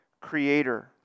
creator